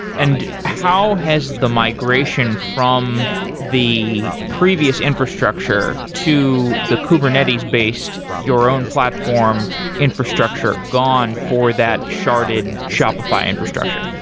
and how has the migration from the previous infrastructure to the kubernetes-based, your own platform infrastructure, gone for that sharded shopify infrastructure?